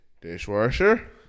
dishwasher